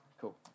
cool